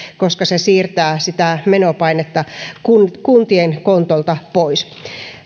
koska se siirtää menopainetta kuntien kontolta pois